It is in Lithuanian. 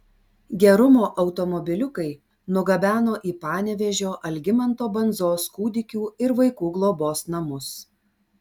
gerumo automobiliukai nugabeno į panevėžio algimanto bandzos kūdikių ir vaikų globos namus